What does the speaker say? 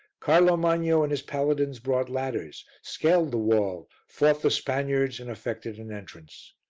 carlo magno and his paladins brought ladders, scaled the wall, fought the spaniards and effected an entrance.